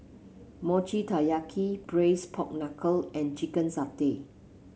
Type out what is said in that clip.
Mochi Taiyaki Braised Pork Knuckle and Chicken Satay